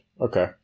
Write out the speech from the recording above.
Okay